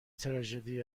تراژدی